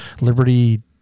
Liberty